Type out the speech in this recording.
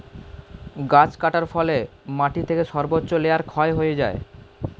গাছ কাটার ফলে মাটি থেকে সর্বোচ্চ লেয়ার ক্ষয় হয়ে যায়